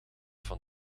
van